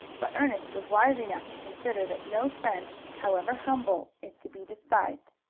but ernest was wise enough to consider that no friend, however humble, is to be despised.